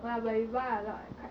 !wah! but we buy a lot leh quite